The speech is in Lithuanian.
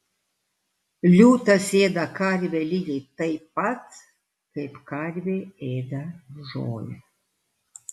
liūtas ėda karvę lygiai taip pat kaip karvė ėda žolę